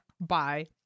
Bye